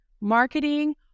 marketing